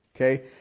okay